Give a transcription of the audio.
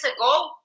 ago